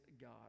God